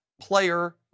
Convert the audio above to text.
player